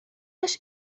جاش